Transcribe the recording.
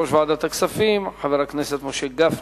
יושב-ראש ועדת הכספים חבר הכנסת משה גפני.